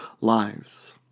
lives